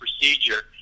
procedure